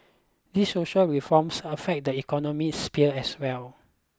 these social reforms affect the economic sphere as well